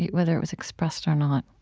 whether it was expressed or not?